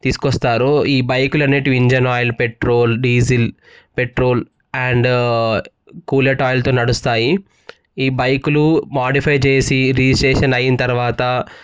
తీసుకొస్తారు ఈ బైకులు అనేవి engine oil petrol diesel petrol and coolant oil తో నడుస్తాయి ఈ బైకులు మాడిఫై చేసి రిజిస్ట్రేషన్ అయిన తర్వాత